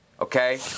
okay